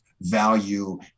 value